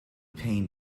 pain